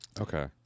Okay